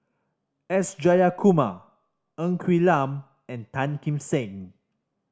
S Jayakumar Ng Quee Lam and Tan Kim Seng